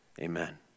amen